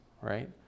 right